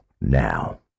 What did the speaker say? now